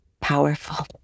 Powerful